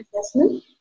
assessment